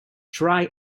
dry